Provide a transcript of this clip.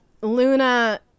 Luna